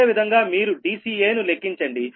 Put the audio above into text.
అదేవిధంగా మీరు dca ను లెక్కించండి